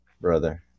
brother